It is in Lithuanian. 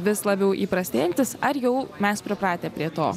vis labiau įprastėjantis rinktis ar jau mes pripratę prie to